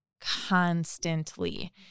constantly